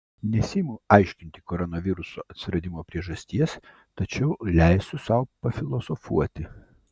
nesiimu aiškinti koronaviruso atsiradimo priežasties tačiau leisiu sau pafilosofuoti